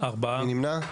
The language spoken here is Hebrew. מי נמנע?